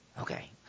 Okay